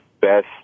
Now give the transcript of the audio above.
best